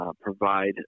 provide